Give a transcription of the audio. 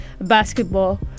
basketball